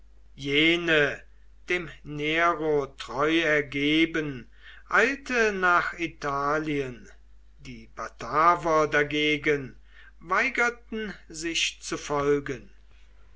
jene dem nero treu ergeben eilte nach italien die bataver dagegen weigerten sich zu folgen